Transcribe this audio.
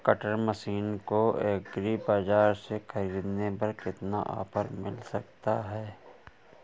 Cutter machine को agri Bazaar से ख़रीदने पर कितना ऑफर मिल सकता है?